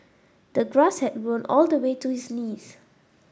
the grass had grown all the way to his knees